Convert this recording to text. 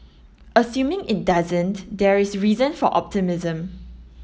assuming it doesn't there is reason for optimism